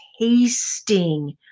tasting